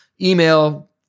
Email